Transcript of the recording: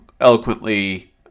eloquently